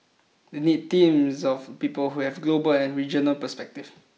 they need teams of people who have global and regional perspective